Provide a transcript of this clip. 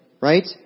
Right